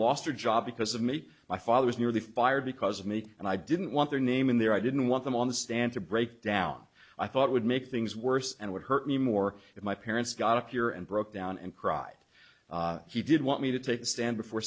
lost her job because of meat my father was nearly fired because of me and i didn't want their name in there i didn't want them on the stand to break down i thought would make things worse and would hurt me more if my parents got a cure and broken down and cried he did want me to take a stand before